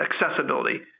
accessibility